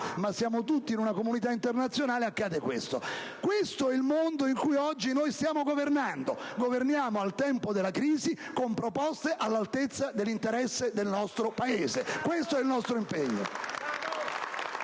siamo tutti in una comunità internazionale - il fallimento si verificherà. Questo è il mondo in cui oggi stiamo governando: governiamo al tempo della crisi con proposte all'altezza dell'interesse del nostro Paese. Questo è il nostro impegno.